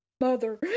Mother